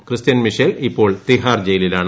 Christian Michel ഇപ്പോൾ തിഹാർ ജയിലിലാണ്